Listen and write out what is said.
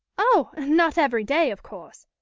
oh! not every day, of course.